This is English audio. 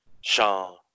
Sean